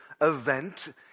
event